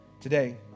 Today